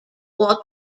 all